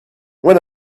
when